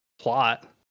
plot